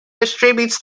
distributes